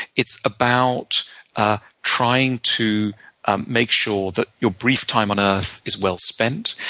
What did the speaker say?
it's about ah trying to make sure that your brief time on earth is well-spent,